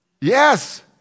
Yes